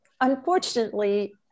Unfortunately